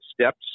steps